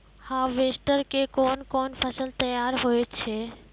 Harvester के कोन कोन फसल तैयार होय छै?